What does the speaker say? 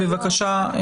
בבקשה,